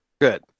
Good